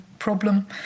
problem